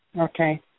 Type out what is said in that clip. Okay